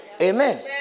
Amen